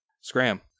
Scram